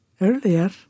earlier